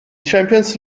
champions